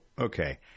okay